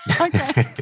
Okay